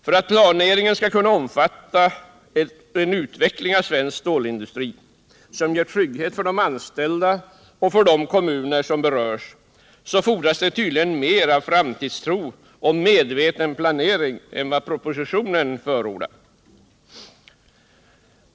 För att planeringen skall kunna omfatta en utveckling av en svensk stålindustri som ger trygghet för de anställda och för de kommuner som berörs, fordras tydligen mer av framtidstro och av medveten planering än vad propositionen förordar.